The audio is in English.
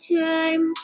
time